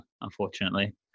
unfortunately